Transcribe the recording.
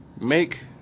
make